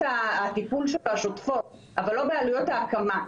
הטיפול שלו השוטפות ולא בעלויות ההקמה.